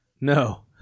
No